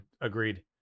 Agreed